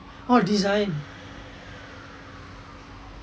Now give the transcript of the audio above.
orh design